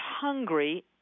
hungry